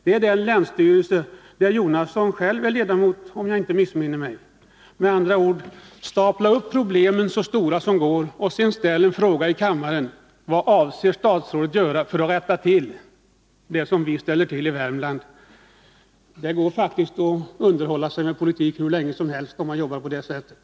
Om jag inte missminner mig är herr Jonasson själv ledamot av den länsstyrelsen. Herr Jonasson handlar med andra ord efter maximen: Gör problemen så stora som möjligt och ställ sedan en fråga i kammaren om vad statsrådet avser att göra för att rätta till dem. Det går att underhålla sig med politik hur länge som helst, om man jobbar på det sättet.